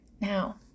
Now